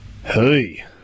Hey